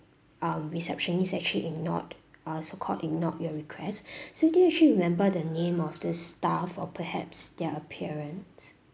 um receptionist actually ignored uh so called ignored your requests so do you actually remembered the name of this staff or perhaps their appearance